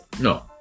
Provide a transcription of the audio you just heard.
No